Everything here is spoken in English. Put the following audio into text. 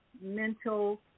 mental